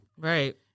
Right